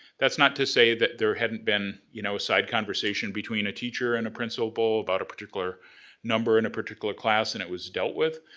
that's not to say that there hadn't been you know a side conversation between a teacher and a principal about a particular number in a particular class, and it was dealt with,